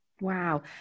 wow